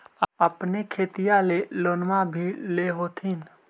अपने खेतिया ले लोनमा भी ले होत्थिन?